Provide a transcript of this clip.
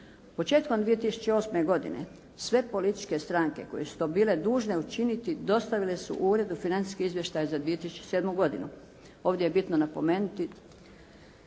Početkom 2008. godine sve političke stranke koje su to bile dužne učiniti dostavile su uredu financijske izvještaje za 2007. godinu. Ovdje je bitno napomenuti